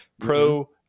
pro